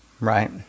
right